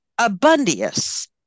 Abundius